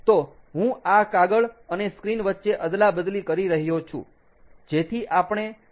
તો હું કાગળ અને સ્ક્રીન વચ્ચે અદલાબદલી કરી રહ્યો છું